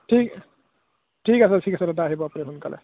ঠিক ঠিক আছে ঠিক আছে দাদা আহিব আপুনি সোনকালে